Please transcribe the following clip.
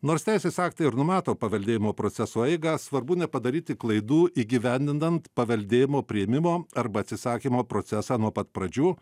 nors teisės aktai ir numato paveldėjimo proceso eigą svarbu nepadaryti klaidų įgyvendinant paveldėjimo priėmimo arba atsisakymo procesą nuo pat pradžių